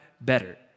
better